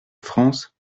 france